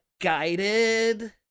guided